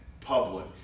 public